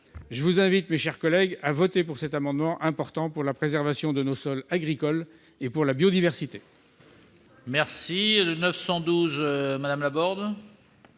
je vous invite, mes chers collègues, à voter cet amendement, dont l'importance est réelle pour la préservation de nos sols agricoles et pour la biodiversité.